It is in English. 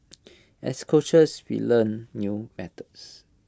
as coaches we learn new methods